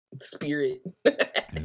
spirit